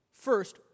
First